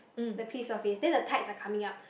the cliff surface then the tides are coming up